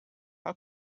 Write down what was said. how